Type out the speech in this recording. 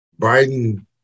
Biden